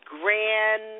grand